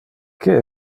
que